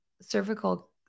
cervical